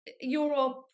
Europe